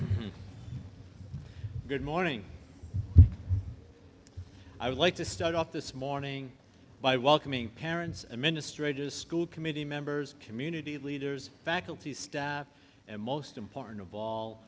you good morning i would like to start off this morning by welcoming parents administrators school committee members community leaders faculty staff and most important of all